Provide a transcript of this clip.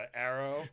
arrow